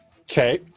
Okay